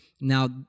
Now